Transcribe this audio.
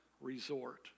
resort